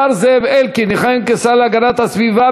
השר זאב אלקין יכהן כשר להגנת הסביבה,